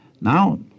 Now